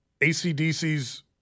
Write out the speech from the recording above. ACDC's